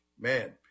man